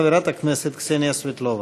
חברת הכנסת קסניה סבטלובה.